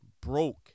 broke